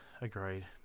Agreed